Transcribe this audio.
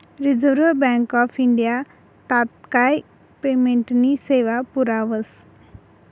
reserve Bank of India तात्काय पेमेंटनी सेवा पुरावस